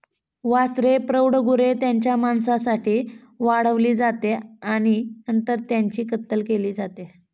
वासरे प्रौढ गुरे त्यांच्या मांसासाठी वाढवली जाते आणि नंतर त्यांची कत्तल केली जाते